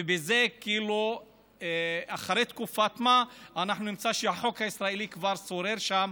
ובזה כאילו אחרי תקופת מה אנחנו נמצא שהחוק הישראלי כבר שורר שם.